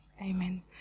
Amen